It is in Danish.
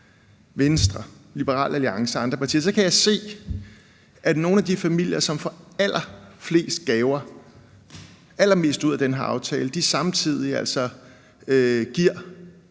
Venstre, Liberal Alliance og andre partier – kan jeg se, at nogle af de familier, som får allerflest gaver og allermest ud af den her aftale, samtidig altså giver